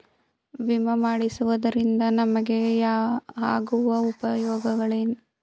ವಿಮೆ ಮಾಡಿಸುವುದರಿಂದ ನಮಗೆ ಆಗುವ ಉಪಯೋಗವೇನು?